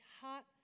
hot